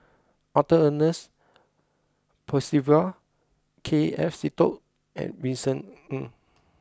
Arthur Ernest Percival K F Seetoh and Vincent Ng